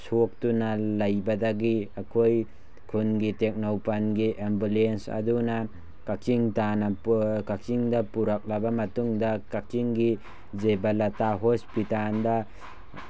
ꯁꯣꯛꯇꯨꯅ ꯂꯩꯕꯗꯒꯤ ꯑꯩꯈꯣꯏ ꯈꯨꯟꯒꯤ ꯇꯦꯡꯅꯧꯄꯜꯒꯤ ꯑꯦꯝꯕꯨꯂꯦꯟꯁ ꯑꯗꯨꯅ ꯀꯛꯆꯤꯡ ꯇꯥꯅ ꯀꯛꯆꯤꯡꯗ ꯄꯨꯔꯛꯂꯕ ꯃꯇꯨꯡꯗ ꯀꯛꯆꯤꯡꯒꯤ ꯖꯤꯚꯟꯂꯇꯥ ꯍꯣꯁꯄꯤꯇꯥꯜꯗ